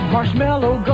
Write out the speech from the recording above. Marshmallow